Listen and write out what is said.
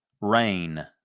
rain